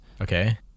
Okay